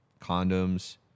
condoms